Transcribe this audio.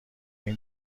این